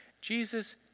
Jesus